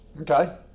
Okay